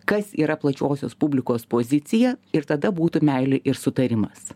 kas yra plačiosios publikos pozicija ir tada būtų meilė ir sutarimas